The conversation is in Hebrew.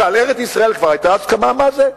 ועל ארץ-ישראל כבר היתה הסכמה מה זה?